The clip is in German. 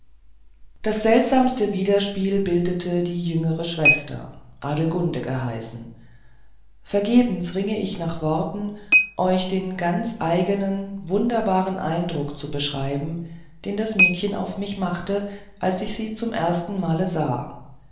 das seltsamste widerspiel bildete die jüngere schwester adelgunde geheißen vergebens ringe ich nach worten euch den ganz eignen wunderbaren eindruck zu beschreiben den das mädchen auf mich machte als ich sie zum ersten male sah